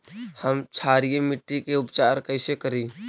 हम क्षारीय मिट्टी के उपचार कैसे करी?